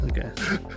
Okay